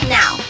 now